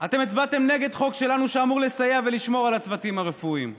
אתם הצבעתם נגד חוק שלנו שאמור לסייע לשמור על הצוותים הרפואיים.